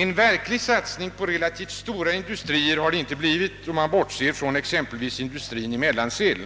En verklig satsning på relativt stora industrier har det inte blivit, om man bortser från exempelvis industrin i Mellansel.